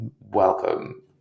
welcome